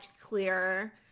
clearer